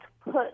put